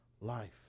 life